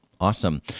awesome